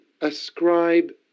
ascribe